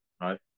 right